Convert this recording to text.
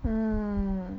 mm